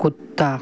कुत्ता